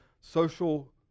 social